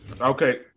okay